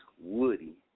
Woody